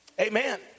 Amen